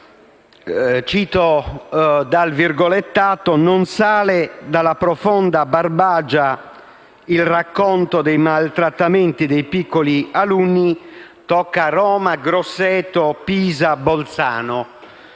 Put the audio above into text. Zunino scrive infatti: «Non sale dalla profonda Barbagia il racconto del maltrattamento dei piccoli alunni. Tocca Roma, Grosseto, Pisa, Bolzano».